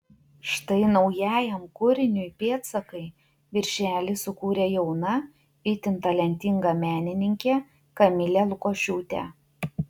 štai naujajam kūriniui pėdsakai viršelį sukūrė jauna itin talentinga menininkė kamilė lukošiūtė